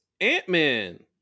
Ant-Man